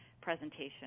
presentation